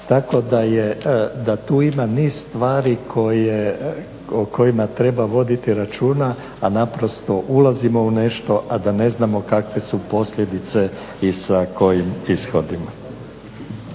Tako da tu ima niz stvari o kojima treba voditi računa, a naprosto ulazimo u nešto a da ne znamo kakve su posljedice i sa kojim ishodima.